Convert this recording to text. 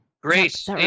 Grace